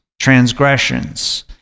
transgressions